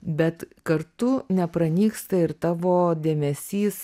bet kartu nepranyksta ir tavo dėmesys